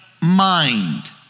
mind